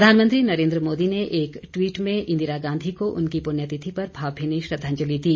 प्रधानमंत्री नरेन्द्र मोदी ने एक ट्वीट में इंदिरा गांधी को उनकी पुण्यतिथि पर भावभीनी श्रद्वांजलि दी